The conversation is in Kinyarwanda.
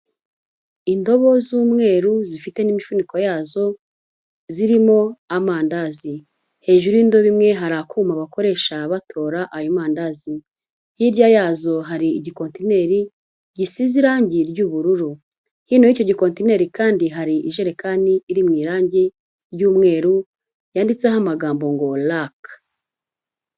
Indobo z'umweru zifite n'imifuniko yazo, zirimo amandazi. Hejuru y'indobo imwe hari akuma bakoresha batora ayo mandazi. Hirya yazo hari igikontineri gisize irangi ry'ubururu, hino y'icyo gikontineri kandi hari ijerekani iri mu irangi ry'umweru, yanditseho amagambo ngo rake.